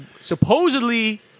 Supposedly